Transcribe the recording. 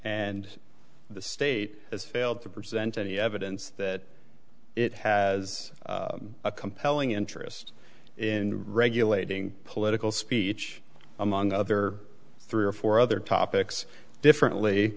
and the state has failed to present any evidence that it has a compelling interest in regulating political speech among other three or four other topics differently